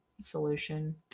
solution